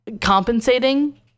compensating